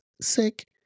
sick